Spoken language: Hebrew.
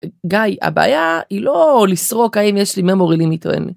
גיא הבעיה היא לא לסרוק האם יש לי memory limit או אין.